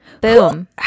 boom